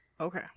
Okay